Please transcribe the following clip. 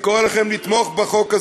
אני קורא לכם לתמוך בחוק הזה,